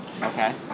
Okay